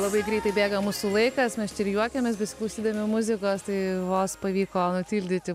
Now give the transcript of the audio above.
labai greitai bėga mūsų laikas mes čia ir juokėmės besiklausydami muzikos tai vos pavyko nutildyti